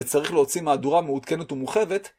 צריך להוציא מהדורה מעודכנת ומורחבת.